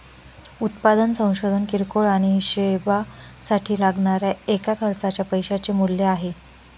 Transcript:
उत्पादन संशोधन किरकोळ आणि हीशेबासाठी लागणाऱ्या एका खर्चाच्या पैशाचे मूल्य आहे